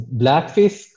blackface